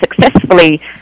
successfully